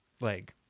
leg